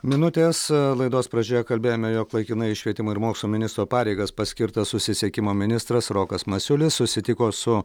minutės laidos pradžioje kalbėjome jog laikinai į švietimo ir mokslo ministro pareigas paskirtas susisiekimo ministras rokas masiulis susitiko su